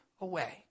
away